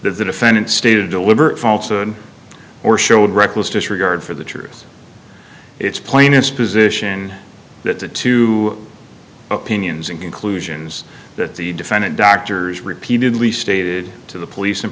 the defendant stated a deliberate falsehood or showed reckless disregard for the truth it's plaintiff's position that the two opinions and conclusions that the defendant doctors repeatedly stated to the police and